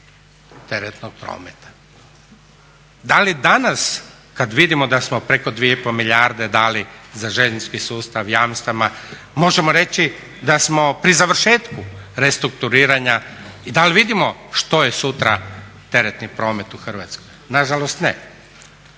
teretnog prometa. Da li danas kad vidimo da smo preko 2,5 milijarde dali za željeznički sustav jamstava možemo reći da smo pri završetku restrukturiranja i da li vidimo što je sutra teretni promet u Hrvatskoj? Nažalost, ne.